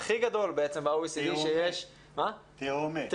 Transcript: הכי גדול ב-OECD --- תהומי.